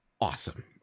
awesome